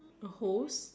a hose